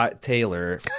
Taylor